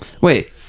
Wait